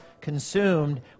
consumed